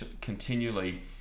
continually